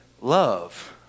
love